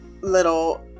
little